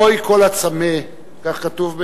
הוי כל הצמא, כך כתוב.